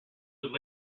would